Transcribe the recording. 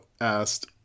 asked